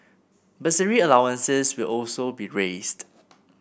bursary allowances will also be raised